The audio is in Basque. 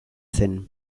zen